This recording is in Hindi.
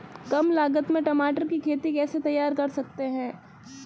कम लागत में टमाटर की खेती कैसे तैयार कर सकते हैं?